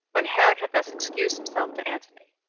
when herod had thus excused himself to antony,